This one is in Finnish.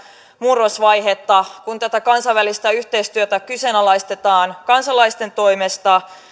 murrosvaihetta kun tätä kansainvälistä yhteistyötä kyseenalaistetaan kansalaisten toimesta